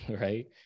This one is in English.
right